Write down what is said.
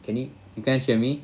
can you you can't hear me